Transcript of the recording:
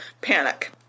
Panic